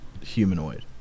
humanoid